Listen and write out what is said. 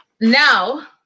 now